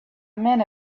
man